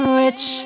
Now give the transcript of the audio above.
rich